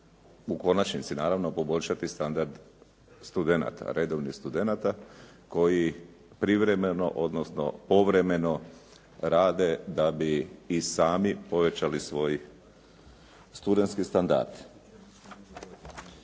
u konačnici naravno, poboljšati standard studenata, redovnih studenata koji privremeno, odnosno povremeno rade da bi i sami povećali svoj studentski standard.